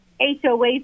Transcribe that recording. HOA